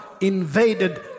invaded